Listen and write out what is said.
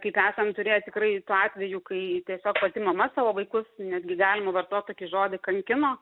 kaip esam turėję tikrai tų atvejų kai tiesiog pati mama savo vaikus netgi galima vartot tokį žodį kankino